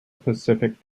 pacific